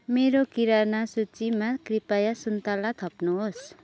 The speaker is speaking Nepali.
मेरो किराना सूचीमा कृपया सुन्तला थप्नुहोस्